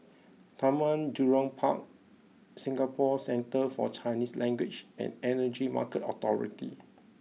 Taman Jurong Park Singapore Centre for Chinese language and Energy Market Authority